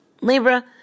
Libra